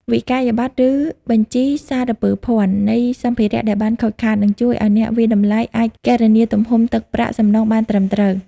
វិក្កយបត្រ ឬបញ្ជីសារពើភណ្ឌ នៃសម្ភារៈដែលបានខូចខាត នឹងជួយឱ្យអ្នកវាយតម្លៃអាចគណនាទំហំទឹកប្រាក់សំណងបានត្រឹមត្រូវ។